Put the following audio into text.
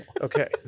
Okay